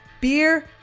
Beer